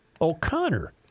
O'Connor